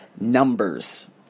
numbers